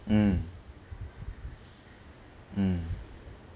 mm mm